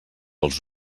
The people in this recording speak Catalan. els